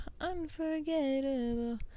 unforgettable